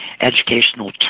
Educational